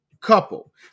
couple